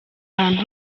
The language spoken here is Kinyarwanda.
ahantu